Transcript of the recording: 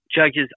judges